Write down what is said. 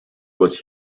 was